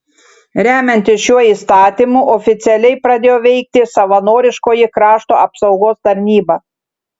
remiantis šiuo įstatymu oficialiai pradėjo veikti savanoriškoji krašto apsaugos tarnyba